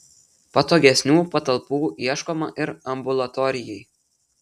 patogesnių patalpų ieškoma ir ambulatorijai